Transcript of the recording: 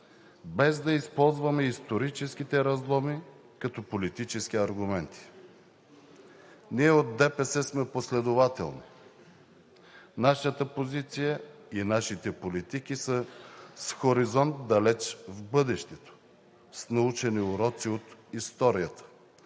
без да използваме историческите разломи като политически аргументи. Ние от ДПС сме последователни. Нашата позиция и нашите политики са с хоризонт далеч в бъдещето, с научени уроци от историята,